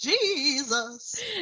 Jesus